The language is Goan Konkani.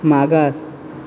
मागास